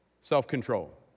self-control